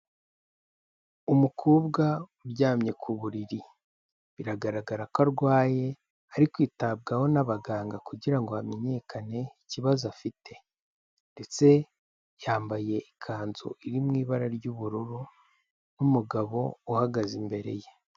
Umukobwa uryamye ku buriri, biragaragara ko arwaye, ari kwitabwaho n'abaganga kugira ngo hamenyekane ikibazo afite, ndetse yambaye ikanzu iri mu ibara ry'ubururu n'umugabo uhagaze imbere ye.